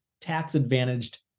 tax-advantaged